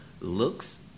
looks